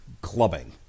clubbing